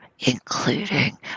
including